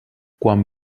quan